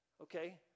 Okay